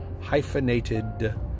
hyphenated